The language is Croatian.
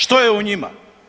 Što je u njima?